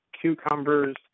cucumbers